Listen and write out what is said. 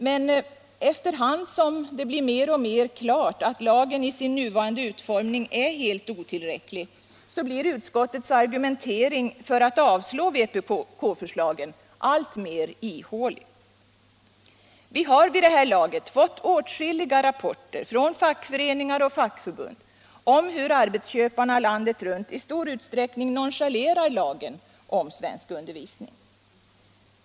Men efter hand som det står mer och mer klart att lagen i sin nuvarande utformning är helt otillräcklig, blir utskottets argumentering för att avslå vpk-förslagen alltmer ihålig. Vi har vid det här laget fått åtskilliga rapporter från fackföreningar och fackförbund om hur arbetsköparna landet runt i stor utsträckning nonchalerar lagen om svenskundervisning.